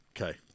Okay